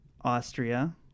Austria